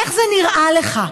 איך זה נראה לך?